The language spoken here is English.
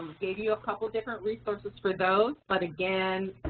gave you a couple different resources for those, but again,